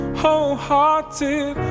Wholehearted